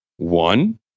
One